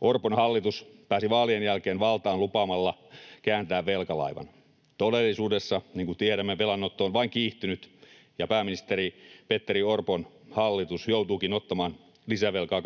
Orpon hallitus pääsi vaalien jälkeen valtaan lupaamalla kääntää velkalaivan. Todellisuudessa, niin kuin tiedämme, velanotto on vain kiihtynyt ja pääministeri Petteri Orpon hallitus joutuukin ottamaan lisävelkaa 12,2